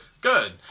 Good